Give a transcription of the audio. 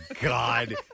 God